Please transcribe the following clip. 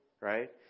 right